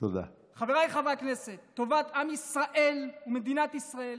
חבריי חברי הכנסת, טובת עם ישראל ומדינת ישראל